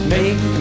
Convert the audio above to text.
Make